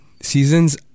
seasons